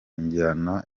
njyana